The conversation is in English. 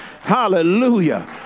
hallelujah